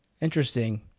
interesting